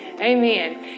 amen